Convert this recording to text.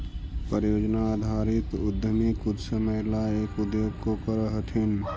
परियोजना आधारित उद्यमी कुछ समय ला एक उद्योग को करथीन